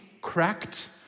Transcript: cracked